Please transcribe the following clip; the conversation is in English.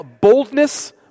boldness